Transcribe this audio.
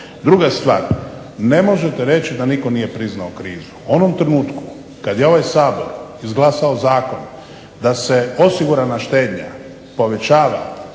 Druga stvar, ne možete reći da nitko nije priznao krizu. U onom trenutku kada je ova Sabor izglasao zakon da se osigurana štednja povećava